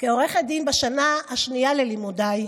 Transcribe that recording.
כעורכת דין בשנה השנייה ללימודיי,